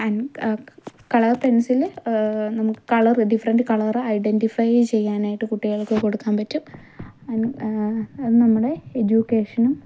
and colour pencil നമുക്ക് colour different colour identify ചെയ്യാനായിട്ട് കുട്ടികൾക്ക് കൊടുക്കാൻ പറ്റും ആൻഡ് അത് നമ്മളെ എജ്യൂക്കേഷനും